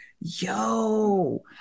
Yo